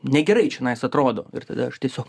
negerai čionais atrodo ir tada aš tiesiog